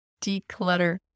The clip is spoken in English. Declutter